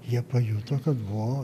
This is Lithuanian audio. jie pajuto kad vo